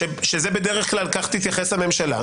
בדרך כלל כך תתייחס הממשלה.